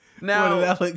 Now